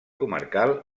comarcal